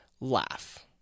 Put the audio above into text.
laugh